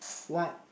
what